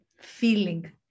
Feeling